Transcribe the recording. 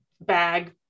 bag